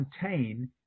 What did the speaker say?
contain